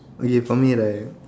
okay for me like